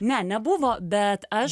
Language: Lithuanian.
ne nebuvo bet aš